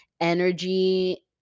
energy